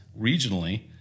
regionally